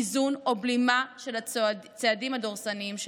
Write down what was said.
איזון או בלימה של הצעדים הדורסניים שלהם.